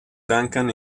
duncan